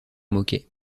moquait